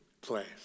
place